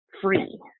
free